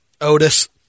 Otis